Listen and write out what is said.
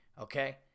okay